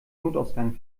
notausgang